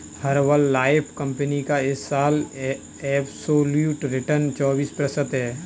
Herbalife company का इस साल एब्सोल्यूट रिटर्न चौबीस प्रतिशत है